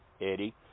Eddie